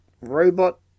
robot